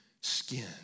skin